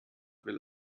will